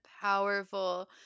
powerful